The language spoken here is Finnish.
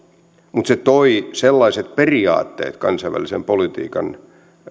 mutta se toi sellaiset periaatteet kansainvälisen politiikan